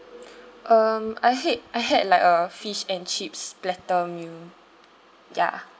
um I had I had like a fish and chips platter meal ya